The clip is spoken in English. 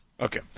Okay